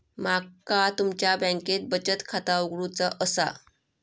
माका तुमच्या बँकेत बचत खाता उघडूचा असा?